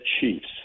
Chiefs